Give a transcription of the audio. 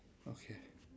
okay